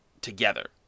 Together